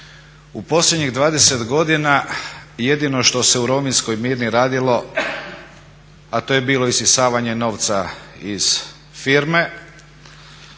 U posljednjih 20 godina jedino što se u rovinjskoj Mirni radilo, a to je bilo isisavanje novca iz firme